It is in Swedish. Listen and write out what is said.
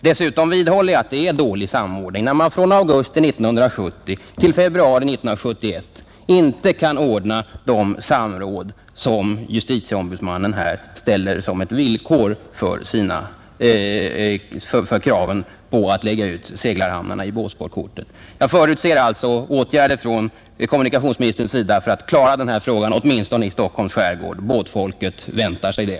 Dessutom vidhåller jag att det är dålig samordning när man från augusti 1970 till februari 1971 inte kan ordna de samråd som JO ställer som ett villkor för att seglarhamnarna skall få läggas ut i båtsportkorten. Jag förutser alltså åtgärder av kommunikationsministern för att klara denna fråga åtminstone i Stockholms skärgård — båtfolket väntar sig det.